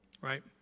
right